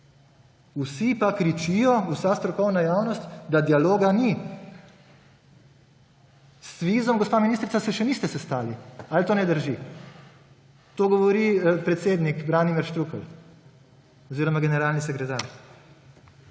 vsi pa kričijo, vsa strokovna javnost, da dialoga ni. S SVIZ-om, gospa ministrica, se še niste sestali. Ali to ne drži? To govori predsednik Branimir Štrukelj oziroma generalni sekretar.